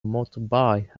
motorbike